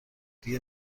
دیگه